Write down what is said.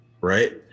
Right